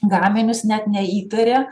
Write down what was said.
gaminius net neįtaria